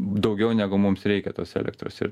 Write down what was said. daugiau negu mums reikia tos elektros ir